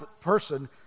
person